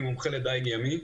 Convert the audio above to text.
אני מומחה לדייג ימי.